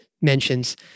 mentions